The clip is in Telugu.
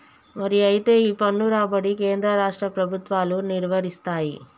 మరి అయితే ఈ పన్ను రాబడి కేంద్ర రాష్ట్ర ప్రభుత్వాలు నిర్వరిస్తాయి